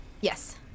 Yes